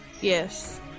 Yes